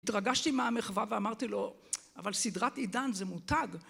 התרגשתי מהמחווה ואמרתי לו, אבל סדרת עידן זה מותג